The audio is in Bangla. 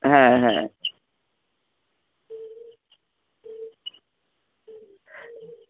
হ্যাঁ হ্যাঁ